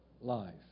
life